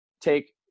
take